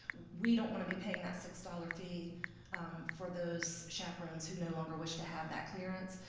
we don't wanna be paying that six dollars fee for those chaperones who no longer wish to have that clearance,